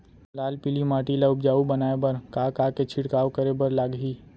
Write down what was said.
लाल पीली माटी ला उपजाऊ बनाए बर का का के छिड़काव करे बर लागही?